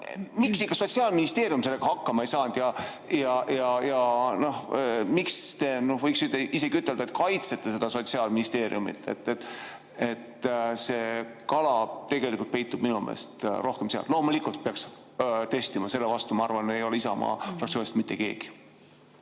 Miks Sotsiaalministeerium sellega hakkama ei saanud ja miks, võiks isegi ütelda, te kaitsete Sotsiaalministeeriumit? See kala tegelikult peitub minu meelest rohkem seal. Loomulikult peaks testima, selle vastu, ma arvan, ei ole Isamaa fraktsioonist mitte keegi.